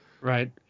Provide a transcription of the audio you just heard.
Right